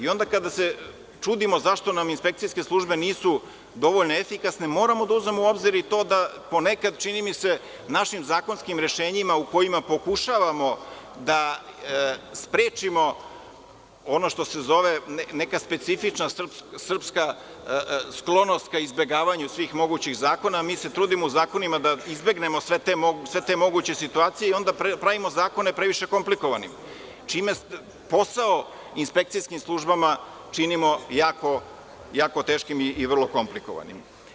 Onda kada se čudimo zašto nam inspekcijske službe nisu dovoljno efikasne, moramo da uzmemo u obzir i to da ponekad našim zakonskim rešenjima, u kojima pokušavamo da sprečimo ono što se zove neka specifična srpska sklonost ka izbegavanju svih mogućih zakona, mi se trudimo u zakonima da izbegnemo sve te moguće situacije i onda pravimo zakone previše komplikovanim, čime posao inspekcijskim službama činimo jako teškim i vrlo komplikovanim.